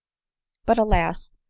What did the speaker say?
but, alas!